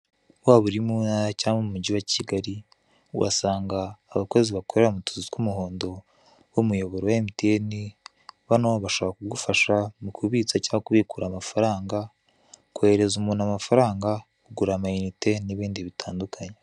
Waba uri mu ntara cyangwa mu mugi wa Kigali, uhasanga abakozi bakorera mu tuzu tw'umuhondo, b'umuyoboro wa emutiyeni, bano bashobora kugufasha mu kubitsa cya kubikura amafaranga, koherereza umuntu amafaranga, kugura amayinite, n'ibindi bitandukanye.